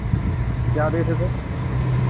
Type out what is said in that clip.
क्या आदेश है सर